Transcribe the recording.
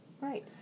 Right